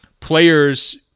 players